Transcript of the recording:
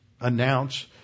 announce